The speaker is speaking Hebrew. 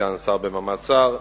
כסגן שר במעמד שר.